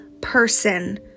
person